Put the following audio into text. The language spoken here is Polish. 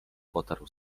potarł